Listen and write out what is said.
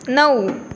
नऊ